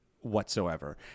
whatsoever